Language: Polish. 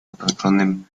otoczonym